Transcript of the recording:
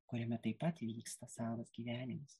kuriame taip pat vyksta savas gyvenimas